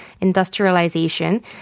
industrialization